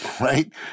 right